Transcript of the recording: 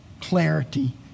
clarity